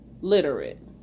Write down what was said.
literate